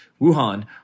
Wuhan